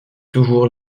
toujours